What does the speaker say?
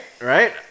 Right